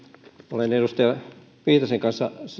olen edustaja viitasen kanssa